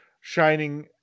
Shining